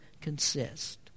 consist